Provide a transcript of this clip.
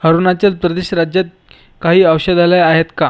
अरुणाचल प्रदेश राज्यात काही औषधालयं आहेत का